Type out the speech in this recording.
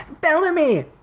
bellamy